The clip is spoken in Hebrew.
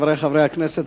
חברי חברי הכנסת,